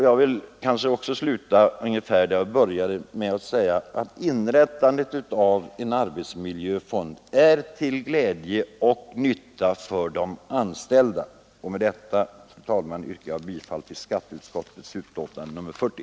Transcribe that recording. Jag vill sluta ungefär där jag började, nämligen med att säga att inrättandet av en arbetsmiljöfond är till glädje och nytta för de anställda. Med det anförda, fru talman, ber jag att få yrka bifall till skatteutskottets hemställan i dess betänkande nr 40.